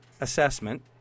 assessment